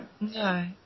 No